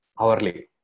hourly